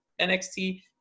NXT